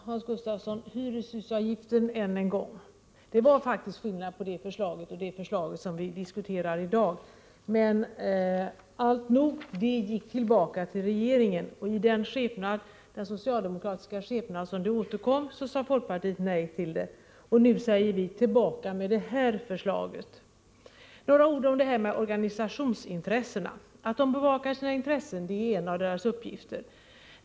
Herr talman! Hyreshusavgiften än en gång, Hans Gustafsson: Det var faktiskt skillnad mellan detta förslag och det som vi diskuterar i dag. Alltnog, det gick tillbaka till regeringen. I den socialdemokratiska skepnad som det återkom i sade folkpartiet nej till det. Och nu säger vi: Tillbaka med det här förslaget! Så några ord om organisationsintressena. Att organisationerna bevakar sina intressen är en av deras uppgifter.